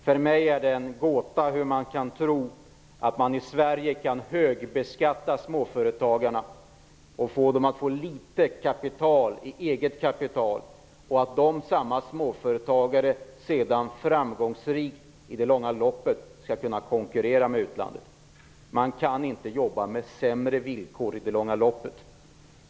För mig är det en gåta att man kan tro att man i Sverige kan högbeskatta småföretagarna, se till att de har ett litet eget kapital och att samma småföretagare sedan framgångsrikt skall kunna konkurrera med utlandet i det långa loppet. Man kan inte jobba med sämre villkor i det långa loppet.